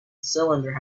cylinder